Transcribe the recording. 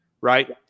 Right